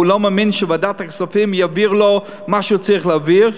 הוא לא מאמין שוועדת הכספים תעביר לו מה שצריך להעביר,